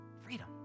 freedom